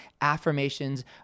affirmations